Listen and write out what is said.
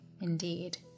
indeed